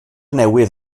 newydd